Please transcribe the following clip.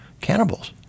cannibals